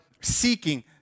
seeking